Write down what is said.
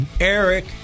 Eric